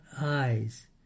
eyes